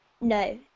No